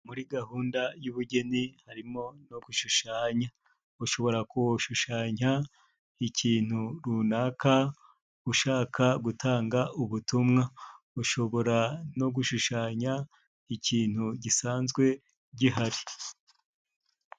Muri gahunda y'ubugeni harimo no gushushanya; ushobora kushushanya ikintu runaka ushaka gutanga ubutumwa, ushobora no gushushanya ikintu gisanzwe gihari.